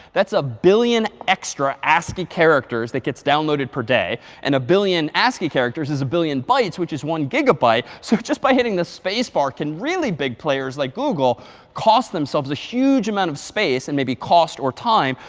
that's a billion extra ascii characters that gets downloaded per day. and a billion ascii characters is a billion bytes, which is one gigabyte. so just by hitting the spacebar can really big players like google cost themselves a huge amount of space and maybe cost or time.